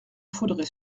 faudrait